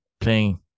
playing